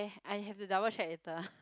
I have to double check later